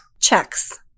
Checks